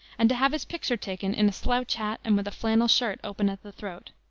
and to have his picture taken in a slouch hat and with a flannel shirt open at the throat.